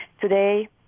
today